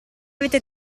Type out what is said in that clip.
avete